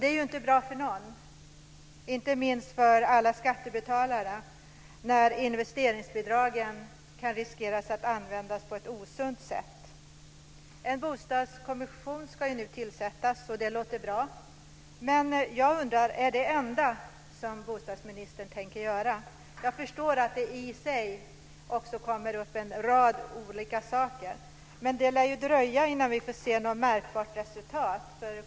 Det är ju inte bra för någon, framför allt inte för alla skattebetalare, när investeringsbidragen riskerar att användas på ett osunt sätt. En bostadskommission ska nu tillsättas, och det låter bra. Jag undrar om det är det enda som bostadsministern tänker göra. Jag förstår att det också kommer upp en rad olika saker. Men det lär ju dröja innan vi får se något märkbart resultat.